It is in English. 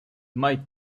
might